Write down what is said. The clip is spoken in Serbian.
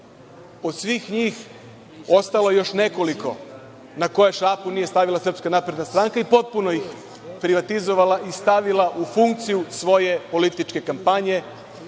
Od svih njih ostalo je još nekoliko na koje šapu nije stavila SNS i potpuno ih privatizovala i stavila u funkciju svoje političke kampanje